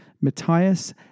Matthias